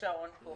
עוד דקה.